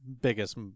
biggest